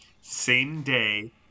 same-day